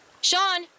Sean